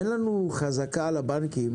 אין לנו חזקה על הבנקים,